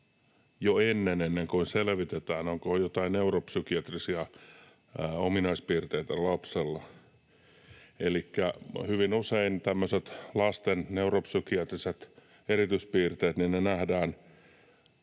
jo ennen kuin selvitetään, onko lapsella joitain neuropsykiatrisia ominaispiirteitä. Elikkä hyvin usein tämmöiset lasten neuropsykiatriset erityispiirteet nähdään,